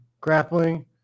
grappling